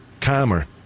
calmer